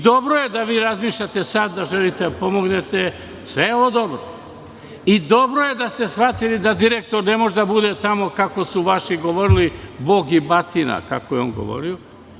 Dobro je da vi sada razmišljate da želite da pomognete, sve je ovo dobro, dobro je da ste shvatili da direktor ne može da bude kako su vaši govorili, bog i batina, kako je on govorio.